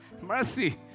Mercy